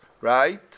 right